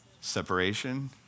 Separation